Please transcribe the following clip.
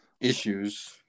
issues